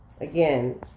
again